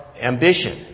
ambition